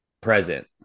present